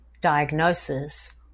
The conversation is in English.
diagnosis